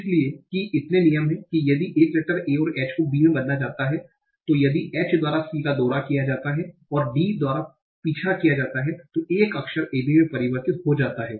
इसलिए कि इतने नियम हैं कि यदि एक लेटर a h को b मे बदला जाता है तो यदि h द्वारा c का दौरा किया जाता है और d द्वारा पीछा किया जाता है तो एक अक्षर a b में परिवर्तित हो जाता है